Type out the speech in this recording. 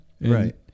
Right